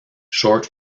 short